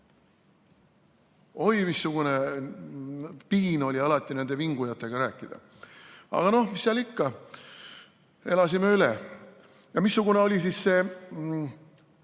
Oi, missugune piin oli alati nende vingujatega rääkida. Aga no mis seal ikka, elasime üle. Missugune oli siis see